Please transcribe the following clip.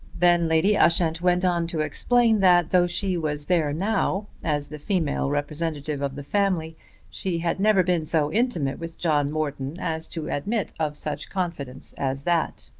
then lady ushant went on to explain that though she was there now as the female representative of the family she had never been so intimate with john morton as to admit of such confidence as that